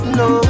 no